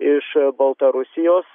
iš baltarusijos